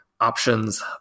options